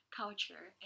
culture